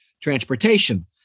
transportation